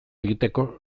egiteko